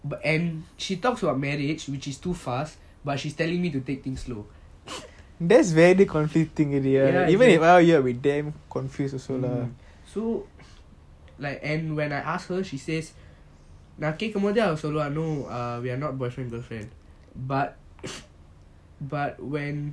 and she talks about marriage which is too fast but she's telling me to take things slow so like and when I asked her she says நான் கேக்கும் போது அவ சொல்லுவா:naan keakum bothu ava soluva no we're not boyfriend girlfriend but but when